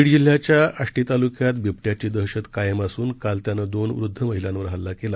बीडजिल्ह्याच्याआष्टीतालुक्यातबिबट्याचीदहशतकायमअसूनकालत्यानंदोनवृध्दमहिलांवरहल्लाकेला